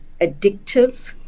addictive